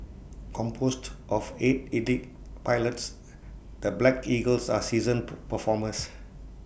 composed of eight elite pilots the black eagles are seasoned performers